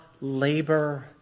labor